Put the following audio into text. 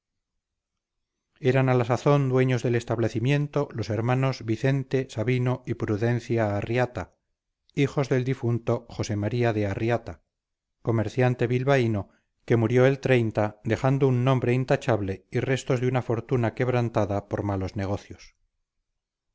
eran a la sazón dueños del establecimiento los hermanos vicente sabino y prudencia arratia hijos del difunto josé maría de arratia comerciante bilbaíno que murió el dejando un nombre intachable y restos de una fortuna quebrantada por malos negocios